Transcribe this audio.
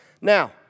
Now